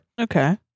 Okay